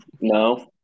No